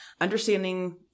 understanding